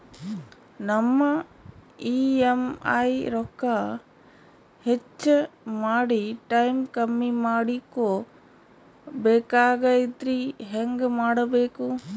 ನಮ್ಮ ಇ.ಎಂ.ಐ ರೊಕ್ಕ ಹೆಚ್ಚ ಮಾಡಿ ಟೈಮ್ ಕಮ್ಮಿ ಮಾಡಿಕೊ ಬೆಕಾಗ್ಯದ್ರಿ ಹೆಂಗ ಮಾಡಬೇಕು?